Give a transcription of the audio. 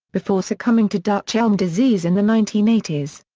before succumbing to dutch elm disease in the nineteen eighty s.